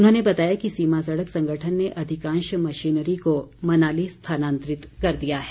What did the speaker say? उन्होंने बताया कि सीमा सड़क संगठन ने अधिकांश मशीनरी को मनाली स्थानांतरित कर दिया है